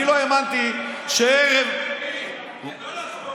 אני לא האמנתי שערב, לא לשמאל, הצבעה לימין.